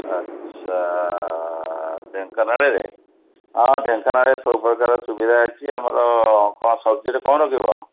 ଆଚ୍ଛା ଢେଙ୍କାନାଳରେ ହଁ ଢେଙ୍କାନାଳରେ ସବୁ ପ୍ରକାରର ସୁବିଧା ଅଛି ଆମର କ'ଣ ସବ୍ଜେକ୍ଟ୍ କ'ଣ ରଖିବ